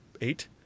eight